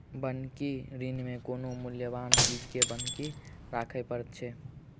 बन्हकी ऋण मे कोनो मूल्यबान चीज के बन्हकी राखय पड़ैत छै